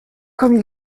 comme